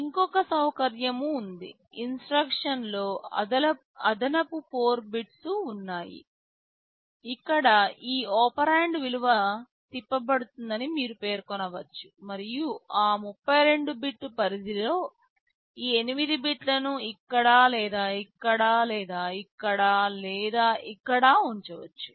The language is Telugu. ఇంకొక సౌకర్యం ఉంది ఇన్స్ట్రక్షన్లో అదనపు 4 బిట్స్ ఉన్నాయి ఇక్కడ ఈ ఒపెరాండ్ విలువ తిప్పబడుతుందని మీరు పేర్కొనవచ్చు మరియు ఆ 32 బిట్ పరిధిలో ఈ 8 బిట్లను ఇక్కడ లేదా ఇక్కడ లేదా ఇక్కడ లేదా ఇక్కడ ఉంచవచ్చు